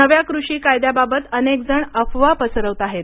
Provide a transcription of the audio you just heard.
नव्या कृषी कायद्याबाबत अनेकजण अफवा पसरवताहेत